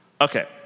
Okay